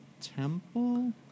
temple